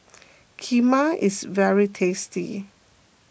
Kheema is very tasty